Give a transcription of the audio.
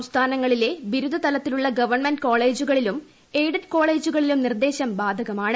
സംസ്ഥാനങ്ങളിലെ ബിരുദതലത്തിലുള്ള ഗവൺമെൻ്റു കോളേജുകളിലും എയിഡഡ് കോളേജുകളിലും നിർദ്ദേശം ബാധകമാണ്